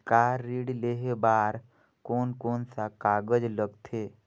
Car ऋण लेहे बार कोन कोन सा कागज़ लगथे?